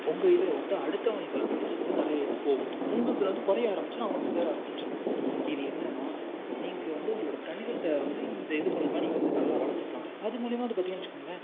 உங்கள் இதில் விட்டு அடுத்தவங்க இதில் வந்து பார்த்தீங்கன்னா நிறைய இது போகும் உங்களுதுல வந்து குறைய ஆரம்மிச்சிரும் அவனுக்கு சேர ஆரம்மிச்சிரும் இது என்னென்னா நீங்கள் வந்து உங்களோடய கணிதத்தை வந்து இந்த இது மூலமாக நீங்கள் வந்து நல்லா வளர்த்துக்கலாம் அது மூலிமா வந்து பார்த்தீங்கன்னு வெச்சுக்கோங்களேன்